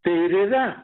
tai ir yra